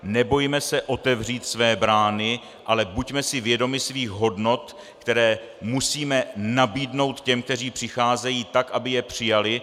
Nebojme se otevřít své brány, ale buďme si vědomi svých hodnot, které musíme nabídnout těm, kteří přicházejí, tak, aby je přijali.